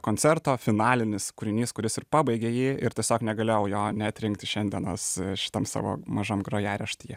koncerto finalinis kūrinys kuris ir pabaigė jį ir tiesiog negalėjau jo neatrinkti šiandienos šitam savo mažam grojaraštyje